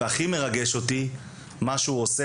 והכי מרגש אותי מה שהוא עושה,